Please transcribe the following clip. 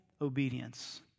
obedience